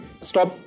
stop